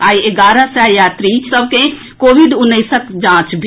आई एगारह सए यात्री कोविड उन्नैसक जाँच भेल